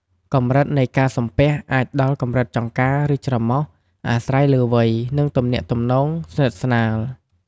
កម្រិតនៃការសំពះអាចដល់កម្រិតចង្កា ឬច្រមុះ អាស្រ័យលើវ័យ និងទំនាក់ទំនងស្និទ្ធស្នាល។